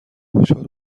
خشحال